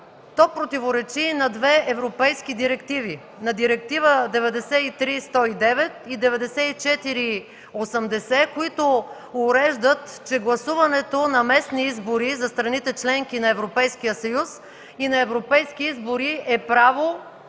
противоречи и на две европейски директиви – на директиви 93109 и 9480, които уреждат, че гласуването на местни избори за страните – членки на Европейския съюз, и на европейски избори е право